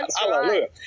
Hallelujah